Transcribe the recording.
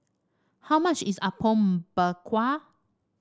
how much is Apom Berkuah